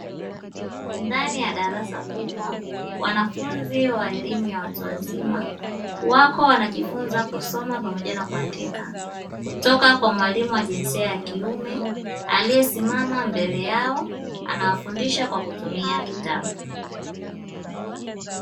Ndani ya darasa kubwa, wanafunzi wa elimu ya watu wazima, wako wanajifunza kusoma pamoja na kuandika. Kutoka kwa mwalimu wa jinsia ya kiume, aliye simama mbele yao, anawafundisha kwa kutumia kitabu.